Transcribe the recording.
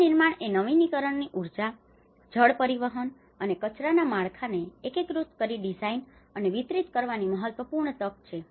પુનર્નિર્માણએ નવીનીકરણીય ઊર્જા જળપરિવહન અને કચરાના માળખાને એકીકૃત કરીને ડિઝાઇન અને વિતરિત કરવાની મહત્વપૂર્ણ તક છે